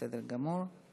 בסדר גמור.